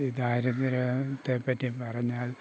ദാരിദ്ര്യത്തെ പറ്റി പറഞ്ഞാൽ